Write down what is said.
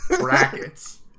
brackets